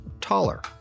taller